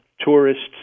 tourists